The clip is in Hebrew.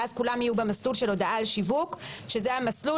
ואז כולם יהיו במסלול של הודעה על שיווק שזה המסלול